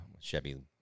Chevy